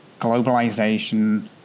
globalization